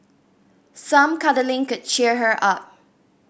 some cuddling could cheer her up